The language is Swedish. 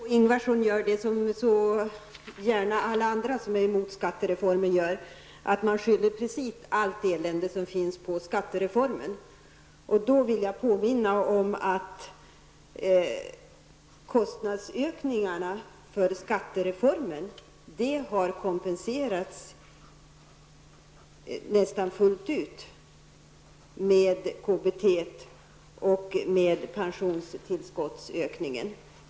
Herr talman! Margó Ingvardsson gör samma sak som alla andra som är emot skattereformen. Hon skyller allt elände på skattereformen. Jag vill då påminna om att kostnadsökningarna i samband med skattereformen har kompenserats nästan fullt ut med höjningen av KBT och med pensionshöjningen.